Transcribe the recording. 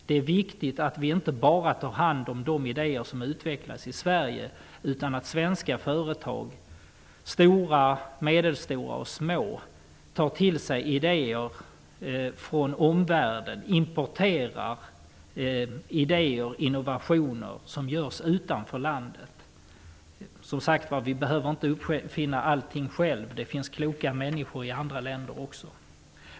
Det är viktigt att vi inte bara tar hand om de idéer som utvecklas i Sverige, utan att svenska företag -- stora, medelstora och små -- tar till sig idéer från omvärlden och importerar idéer och innovationer som görs utanför landet. Som sagt behöver vi inte uppfinna allting själva. Det finns kloka människor i andra länder också.